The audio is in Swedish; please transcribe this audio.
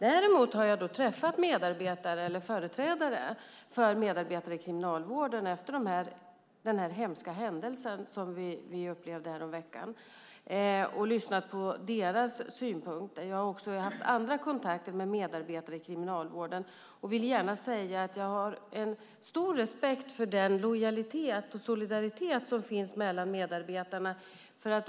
Däremot har jag träffat medarbetare och företrädare för medarbetare i kriminalvården efter den hemska händelse som vi upplevde häromveckan, och jag har lyssnat på deras synpunkter. Jag har också haft andra kontakter med medarbetare i kriminalvården, och jag har stor respekt för den lojalitet och solidaritet som finns mellan medarbetarna.